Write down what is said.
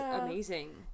amazing